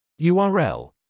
URL